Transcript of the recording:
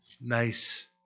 nice